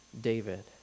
David